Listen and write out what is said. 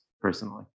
personally